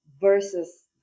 versus